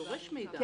דורש מידע.